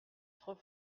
trop